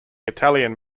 italian